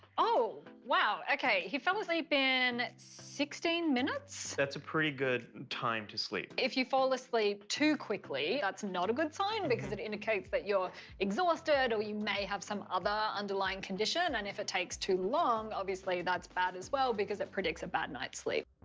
oh! wow! okay. he fell asleep in sixteen minutes? that's a pretty good time to sleep. if you fall asleep too quickly, that's not a good sign, because it indicates that you're exhausted, or you may have some other underlying condition, and if it takes too long, obviously that's bad as well, because it predicts a bad night's sleep.